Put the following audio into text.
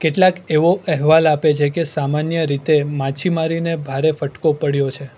કેટલાક એવો અહેવાલ આપે છે કે સામાન્ય રીતે માછીમારીને ભારે ફટકો પડ્યો છે